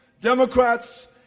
Democrats